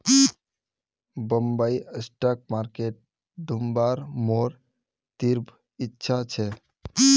Bombay stock market घुमवार मोर तीव्र इच्छा छ